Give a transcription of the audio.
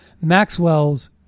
Maxwell's